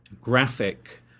graphic